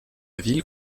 ville